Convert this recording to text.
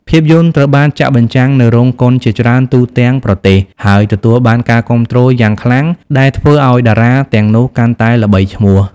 ភាពយន្តត្រូវបានចាក់បញ្ចាំងនៅរោងកុនជាច្រើនទូទាំងប្រទេស ហើយទទួលបានការគាំទ្រយ៉ាងខ្លាំងដែលធ្វើឱ្យតារាទាំងនោះកាន់តែល្បីឈ្មោះ។